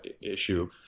issue